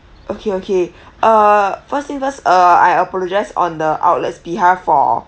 okay okay uh first thing first uh I apologise on the outlet's behalf for